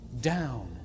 down